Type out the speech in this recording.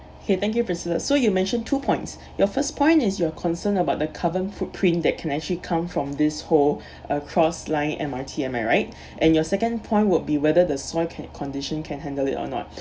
okay thank you priscilla so you mentioned two points your first point is your concerned about the carbon footprint that can actually come from this whole uh cross line M_R_T am I right and your second point would be whether the soil can condition can handle it or not